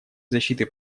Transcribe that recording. защиты